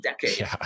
decade